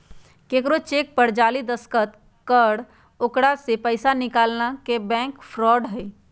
केकरो चेक पर जाली दस्तखत कर ओकरा से पैसा निकालना के बैंक फ्रॉड हई